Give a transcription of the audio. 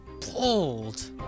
pulled